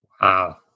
Wow